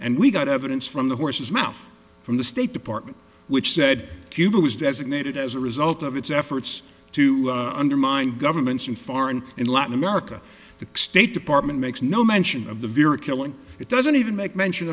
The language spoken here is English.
and we got evidence from the horse's mouth from the state department which said cuba was designated as a result of its efforts to undermine governments and foreign in latin america the state department makes no mention of the viewer killing it doesn't even make mention